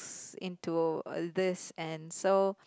into all these and so